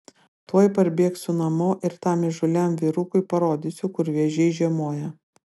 tuoj parbėgsiu namo ir tam įžūliam vyrukui parodysiu kur vėžiai žiemoja